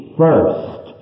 first